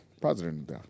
president